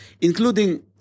including